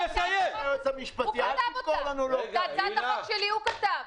את הצעת החוק שלי הוא כתב.